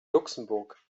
luxemburg